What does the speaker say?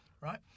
right